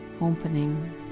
opening